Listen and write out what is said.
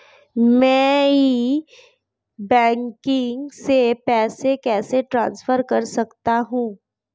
मैं e banking से पैसे कैसे ट्रांसफर कर सकता हूं?